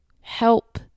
help